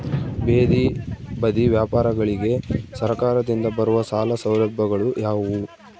ಬೇದಿ ಬದಿ ವ್ಯಾಪಾರಗಳಿಗೆ ಸರಕಾರದಿಂದ ಬರುವ ಸಾಲ ಸೌಲಭ್ಯಗಳು ಯಾವುವು?